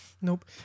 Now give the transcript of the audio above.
Nope